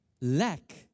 Lack